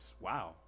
Wow